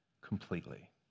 completely